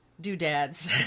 doodads